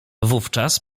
wówczas